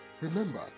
remember